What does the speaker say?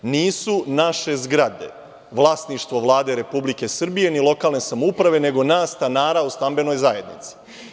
Nisu naše zgrade vlasništvo Vlade Republike Srbije, ni lokalne samouprave, nego nas stanara u stambenoj zajednici.